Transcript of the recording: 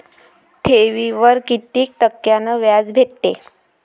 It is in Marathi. ठेवीवर कितीक टक्क्यान व्याज भेटते?